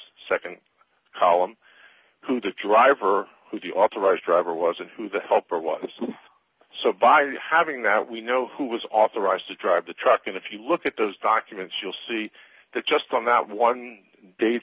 tops nd column who drive or who the authorized driver was and who the helper was so by having that we know who was authorized to drive the truck and if you look at those documents you'll see that just on that one da